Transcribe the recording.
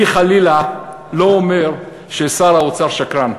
אני חלילה לא אומר ששר האוצר שקרן,